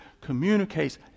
communicates